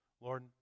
Lord